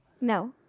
No